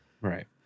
Right